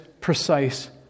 precise